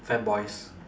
fat boys